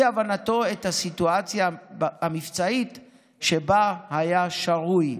הבנתו את הסיטואציה המבצעית שבה היה שרוי.